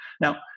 Now